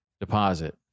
deposit